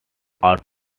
out